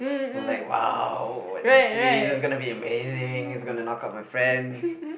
was like !wow! this eraser's gonna be amazing is gonna knock out my friends